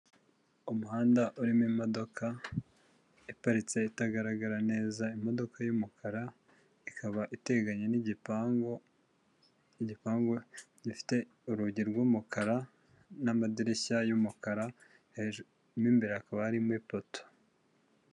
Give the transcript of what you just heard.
Umuhanda urimo imodoka iparitse, itagaragara neza, imodoka y'umukara, ikaba iteganye n'igipangu, igipangu gifite urugi rw'umukara n'amadirishya y'umukara, mo imbere hakaba harimo ipoto.